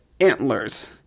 Antlers